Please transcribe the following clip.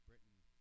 Britain